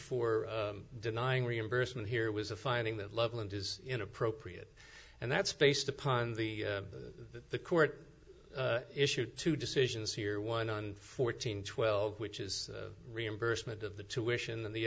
for denying reimbursement here was a finding that loveland is inappropriate and that's based upon the the court issued two decisions here one on fourteen twelve which is reimbursement of the tuition and the